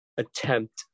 attempt